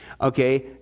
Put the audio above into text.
Okay